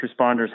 responders